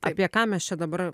apie ką mes čia dabar